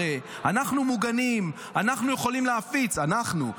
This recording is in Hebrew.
אנחנו מוגנים, אנחנו יכולים להפיץ, אנחנו.